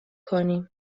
کنیم